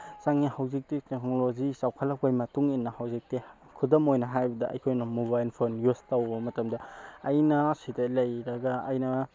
ꯆꯪꯏ ꯍꯧꯖꯤꯛꯇꯤ ꯇꯦꯛꯅꯣꯂꯣꯖꯤ ꯆꯥꯎꯈꯠꯂꯛꯄꯒꯤ ꯃꯇꯨꯡ ꯏꯟꯅ ꯍꯧꯖꯤꯛꯇꯤ ꯈꯨꯗꯝ ꯑꯣꯏꯅ ꯍꯥꯏꯔꯕꯗ ꯑꯩꯈꯣꯏꯅ ꯃꯣꯕꯥꯏꯜ ꯐꯣꯟ ꯌꯨꯖ ꯇꯧꯕ ꯃꯇꯝꯗ ꯑꯩꯅ ꯁꯤꯗ ꯂꯩꯔꯒ ꯑꯩꯅ